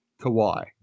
Kawhi